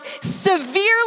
severely